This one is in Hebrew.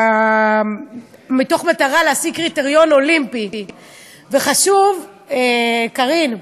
במטרה להשיג קריטריון אולימפי, וחשוב, קארין,